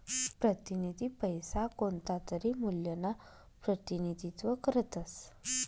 प्रतिनिधी पैसा कोणतातरी मूल्यना प्रतिनिधित्व करतस